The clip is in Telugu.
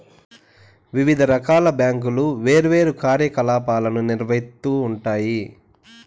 వివిధ రకాల బ్యాంకులు వేర్వేరు కార్యకలాపాలను నిర్వహిత్తూ ఉంటాయి